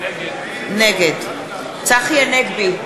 נגד צחי הנגבי,